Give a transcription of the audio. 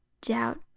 doubt